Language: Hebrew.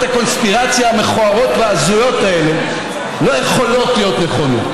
הקונספירציה המכוערות וההזויות האלה לא יכולות להיות נכונות.